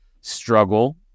struggle